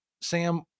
Sam